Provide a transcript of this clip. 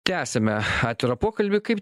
tęsiame atvirą pokalbį kaip